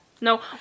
no